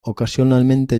ocasionalmente